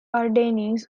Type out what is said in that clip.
ardennes